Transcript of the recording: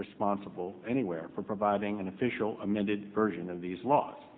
responsible anywhere for providing an official amended version of these laws